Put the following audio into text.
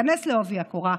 היכנס בעובי הקורה.